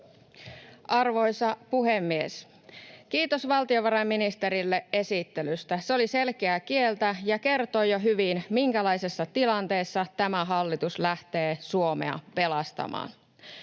Arvoisa puhemies! Kiitos valtiovarainministerille esittelystä. Se oli selkeää kieltä ja kertoi jo hyvin, minkälaisessa tilanteessa tämä hallitus lähtee Suomea pelastamaan.